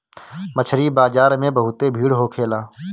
मछरी बाजार में बहुते भीड़ होखेला